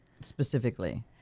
specifically